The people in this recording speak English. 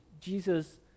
Jesus